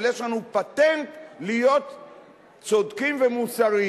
אבל יש לנו פטנט להיות צודקים ומוסריים.